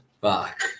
Fuck